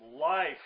life